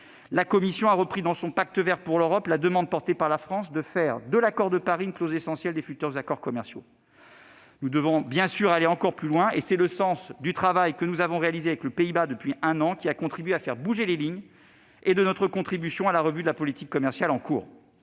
la Commission a repris la demande portée par la France de faire de l'accord de Paris une clause essentielle des futurs accords commerciaux. Nous devons bien évidemment aller encore plus loin. C'est le sens du travail que nous avons réalisé avec les Pays-Bas depuis un an, ce qui a contribué à faire bouger les lignes, et de notre contribution à la revue de la politique commerciale en cours.